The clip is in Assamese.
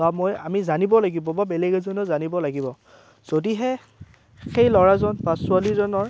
বা মই আমি জানিব লাগিব বেলেগ এজনেও জানিব লাগিব যদিহে সেই ল'ৰাজন বা ছোৱালীজনীৰ